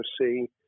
see